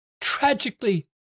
Tragically